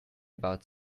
about